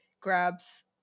grabs